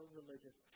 religious